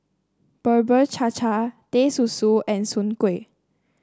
Bubur Cha Cha Teh Susu and Soon Kueh